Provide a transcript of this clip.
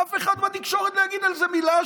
אף אחד מהתקשורת לא יגיד על זה מילה,